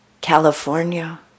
California